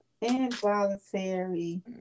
Involuntary